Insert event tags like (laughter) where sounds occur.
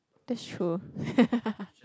that's true (laughs)